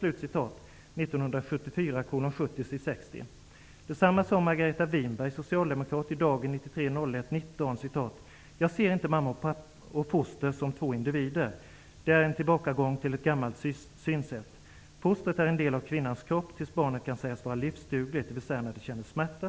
Dagen den 19 januari 1993: ''Jag ser inte mamma och foster som två individer. Det är en tillbakagång till ett gammalt synsätt. Fostret är en del av kvinnans kropp tills barnet kan sägas vara livsdugligt, dvs. när det känner smärta.''